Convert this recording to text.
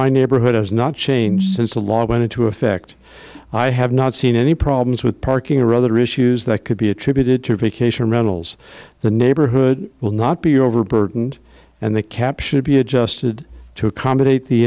my neighborhood has not changed since the law went into effect i have not seen any problems with parking or other issues that could be attributed to p k sure mentally the neighborhood will not be overburdened and the cap should be adjusted to accommodate the